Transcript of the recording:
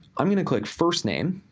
i'm gonna click first name,